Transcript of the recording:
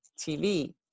tv